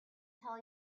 tell